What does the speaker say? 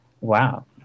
Wow